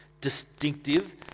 distinctive